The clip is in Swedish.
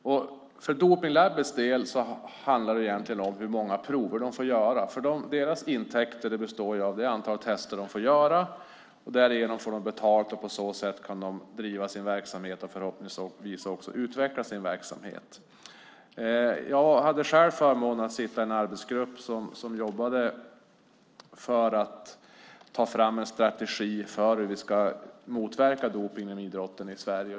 När det gäller dopningslaboratoriet handlar det om hur många prov de får göra. Deras intäkter består av de tester de får göra. De får betalt och kan därmed bedriva sin verksamhet och förhoppningsvis utveckla den. Jag hade förmånen att sitta med i en arbetsgrupp som jobbade för att ta fram en strategi för hur vi ska motverka dopning i idrotten i Sverige.